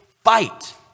fight